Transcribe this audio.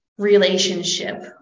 relationship